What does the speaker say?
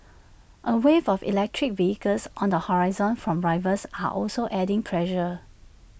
A wave of electric vehicles on the horizon from rivals are also adding pressure